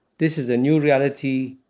this is a new reality.